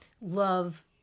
love